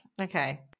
Okay